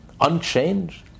unchanged